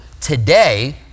today